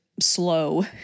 slow